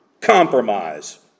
compromise